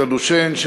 את הדושן,